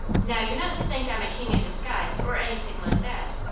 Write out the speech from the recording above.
now, you're not to think i'm a king in disguise or anything like that.